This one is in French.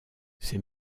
ces